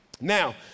Now